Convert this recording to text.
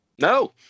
No